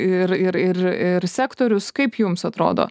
ir ir ir ir sektorius kaip jums atrodo